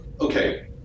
Okay